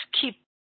keep